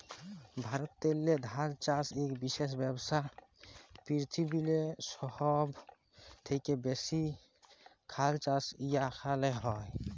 ভারতেল্লে ধাল চাষ ইক বিশেষ ব্যবসা, পিরথিবিরলে সহব থ্যাকে ব্যাশি ধাল চাষ ইখালে হয়